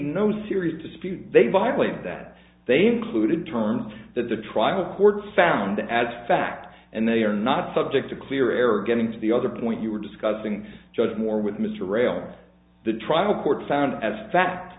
no serious dispute they violated that they included terms that the trial court found as fact and they are not subject to clear error getting to the other point you were discussing judge moore with mr rale the trial court found as fact